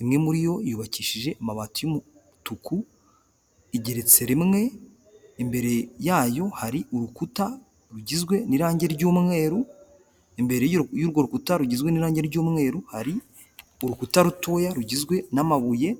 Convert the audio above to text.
imwe muri yo yubakishije amabati y'umutuku, igeretse rimwe, imbere yayo hari urukuta rugizwe n'irangi ry'umweru, imbere y'urwo rukuta rugizwe n'irangi ry'umweru, hari urukuta rutoya rugizwe n'amabuye.